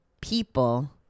people